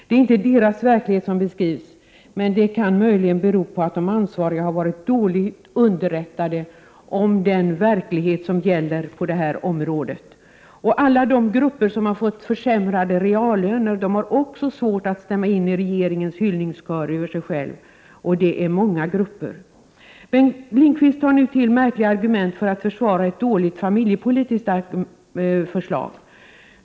Det är inte deras verklighet som beskrivs, men det kan möjligen bero på att de ansvariga har varit dåligt underrättade om den verklighet som gäller på detta område. Alla de grupper, och de är många, som har fått försämrade reallöner har också svårt att stämma in i regeringens hyllningskör över sig själv. Bengt Lindqvist tar nu till märkliga argument för att försvara ett dåligt familjepolitiskt förslag.